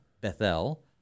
Bethel